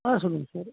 ஆ சொல்லுங்க சார்